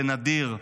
זה נדיר.